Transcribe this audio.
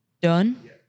done